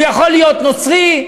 הוא יכול להיות נוצרי,